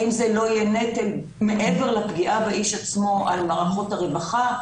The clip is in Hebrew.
האם זה לא יהיה נטל מעבר לפגיעה באיש עצמו על רמות הרווחה,